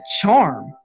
charm